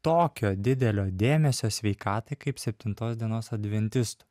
tokio didelio dėmesio sveikatai kaip septintos dienos adventistų